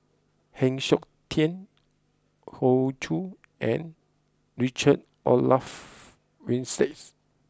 Heng Siok Tian Hoey Choo and Richard Olaf Winstedt